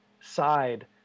side